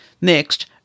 Next